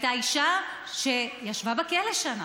הייתה אישה שישבה בכלא שנה.